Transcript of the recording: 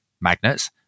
magnets